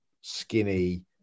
skinny